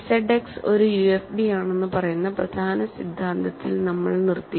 ZX ഒരു UFD ആണെന്ന് പറയുന്ന പ്രധാന സിദ്ധാന്തത്തിൽ നമ്മൾ നിർത്തി